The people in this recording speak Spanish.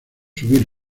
subir